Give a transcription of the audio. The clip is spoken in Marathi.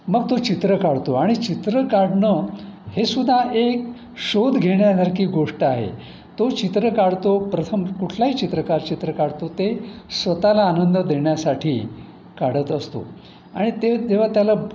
मग तो चित्र काढतो आणि चित्र काढणं हे सुद्धा एक शोध घेण्यासारखी गोष्ट आहे तो चित्र काढतो प्रथम कुठलाही चित्रकार चित्र काढतो ते स्वत ला आनंद देण्यासाठी काढत असतो आणि ते तेव्हा त्याला